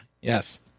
yes